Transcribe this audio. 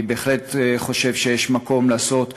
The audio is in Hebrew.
אני בהחלט חושב שיש מקום לעשות פעולות,